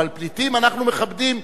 אבל פליטים אנחנו מכבדים.